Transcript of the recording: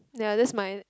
ya that's my